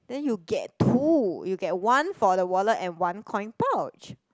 then you get two you get one for the wallet and one coin pouch